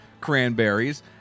cranberries